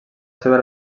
seva